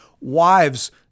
Wives